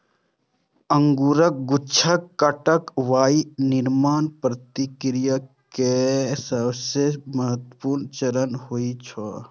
अंगूरक गुच्छाक कटाइ वाइन निर्माण प्रक्रिया केर सबसं महत्वपूर्ण चरण होइ छै